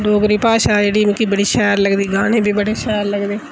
डोगरी भाशा जेह्ड़ी मिकी बडी शैल लगदी गाने बी बडे़ शैल लगदे